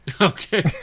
Okay